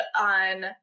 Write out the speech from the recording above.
on